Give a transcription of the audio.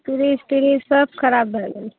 fridge त्रिज सब खराब भए गेल